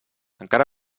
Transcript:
encara